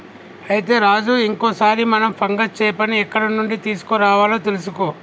అయితే రాజు ఇంకో సారి మనం ఫంగస్ చేపని ఎక్కడ నుండి తీసుకురావాలో తెలుసుకో